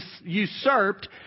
usurped